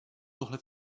tohle